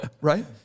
Right